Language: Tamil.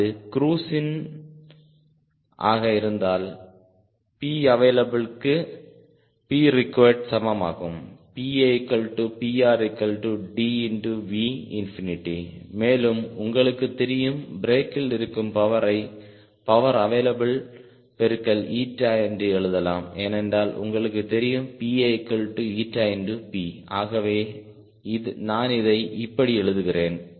அது க்ரூஸ் இன் ஆக இருந்தால் P அவைலபிள்க்கு P ரெக்விரெட் சமமாகும் PAPRDV மேலும் உங்களுக்கு தெரியும் பிரேக்கில் இருக்கும் பவரை பவர் அவைலபிள் பெருக்கல் என்று எழுதலாம் ஏனென்றால் உங்களுக்கு தெரியும் PAP ஆகவே நான் இதை இப்படி எழுதுகிறேன்